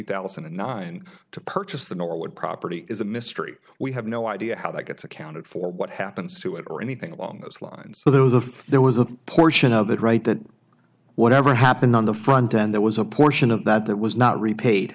thousand and nine to purchase the norwood property is a mystery we have no idea how that gets accounted for what happens to it or anything along those lines so those if there was a portion of that right that whatever happened on the front end there was a portion of that that was not repaid